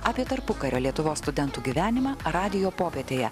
apie tarpukario lietuvos studentų gyvenimą radijo popietėje